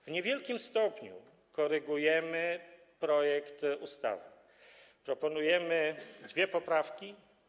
W niewielkim stopniu korygujemy projekt ustawy: proponujemy dwie poprawki.